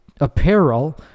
apparel